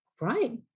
right